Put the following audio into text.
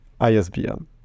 ISBN